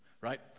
right